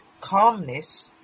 calmness